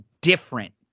different